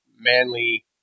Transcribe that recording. manly